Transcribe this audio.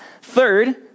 Third